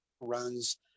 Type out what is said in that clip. runs